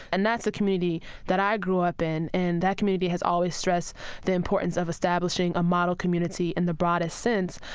and that's the community that i grew up in, and that community has always stressed the importance of establishing a model community in the broadest sense,